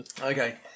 Okay